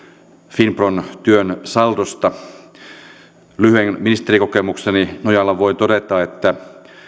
finpron työn saldosta on kuitenkin tasapainoisempi lyhyen ministerikokemukseni nojalla voin todeta että